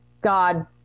God